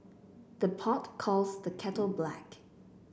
the pot calls the kettle black